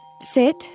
Sit